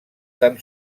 tan